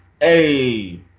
Hey